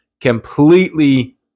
completely